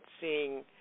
seeing